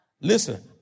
Listen